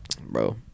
Bro